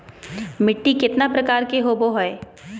मिट्टी केतना प्रकार के होबो हाय?